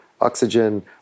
oxygen